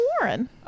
warren